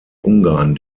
ungarn